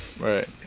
Right